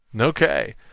okay